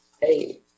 Hey